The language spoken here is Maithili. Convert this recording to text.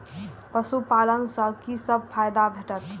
पशु पालन सँ कि सब फायदा भेटत?